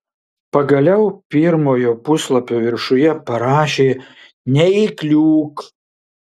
pagaliau pirmojo puslapio viršuje parašė neįkliūk